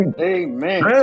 Amen